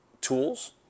tools